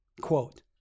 Quote